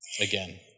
again